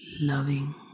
Loving